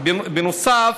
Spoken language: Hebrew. בנוסף,